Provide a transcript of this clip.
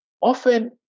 often